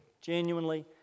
genuinely